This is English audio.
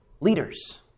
leaders